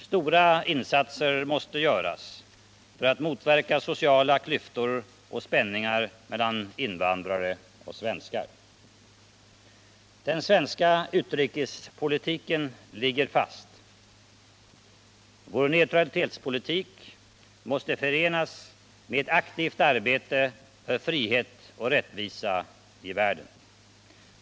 Stora insatser måste göras för att motverka sociala klyftor och spänningar mellan invandrare och svenskar. Den svenska utrikespolitiken ligger fast. Vår neutralitetspolitik måste förenas med ett aktivt arbete för frihet och rättvisa i världen.